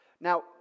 Now